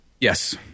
Yes